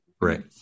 Right